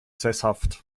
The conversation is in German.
sesshaft